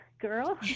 girl